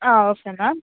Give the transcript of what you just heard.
హా వస్తున్న